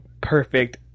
perfect